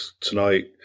tonight